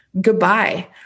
Goodbye